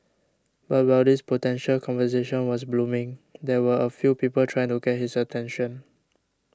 but while this potential conversation was blooming there were a few people trying to get his attention